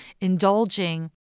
indulging